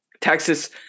Texas